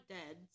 dead